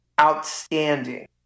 outstanding